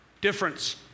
difference